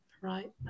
right